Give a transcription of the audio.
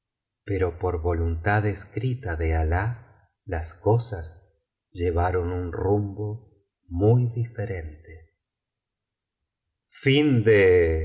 pero por voluntad escrita de alah las cosas llevaron un rumbo muy diferente